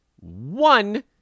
one